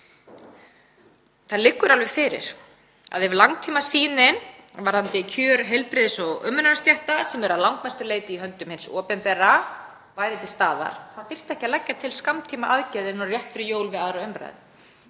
Það liggur alveg fyrir að ef langtímasýnin varðandi kjör heilbrigðis- og umönnunarstétta, sem eru að langmestu leyti í höndum hins opinbera, væri til staðar þá þyrfti ekki að leggja til skammtímaaðgerðir nú rétt fyrir jól við 2. umr.